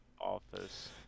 office